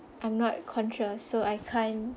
I'm not contrast so I can't